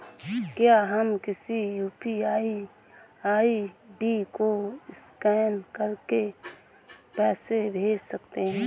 क्या हम किसी यू.पी.आई आई.डी को स्कैन करके पैसे भेज सकते हैं?